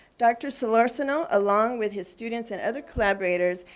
dr. solorzano, along with his students and other collaborators,